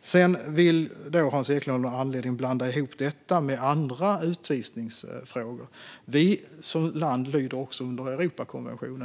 Sedan vill Hans Eklind av någon anledning blanda ihop detta med andra utvisningsfrågor. Vi som land lyder också under Europakonventionen.